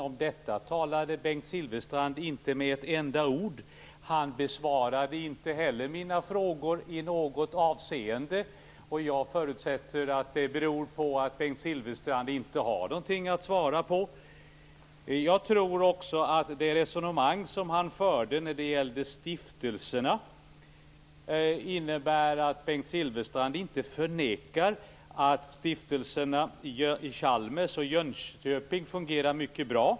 Om detta talade Bengt Silfverstrand inte med ett enda ord. Han besvarade inte heller mina frågor i något avseende, och jag förutsätter att det beror på att han inte har någonting att svara med. Jag tror också att det resonemang Bengt Silfverstrand förde om stiftelserna innebär att han inte förnekar att stiftelserna vid Chalmers och i Jönköping fungerar mycket bra.